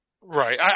Right